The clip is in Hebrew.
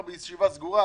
בישיבה סגורה,